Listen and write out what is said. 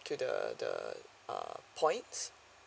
to the the uh points